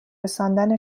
رساندن